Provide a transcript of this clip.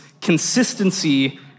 consistency